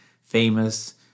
famous